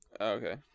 Okay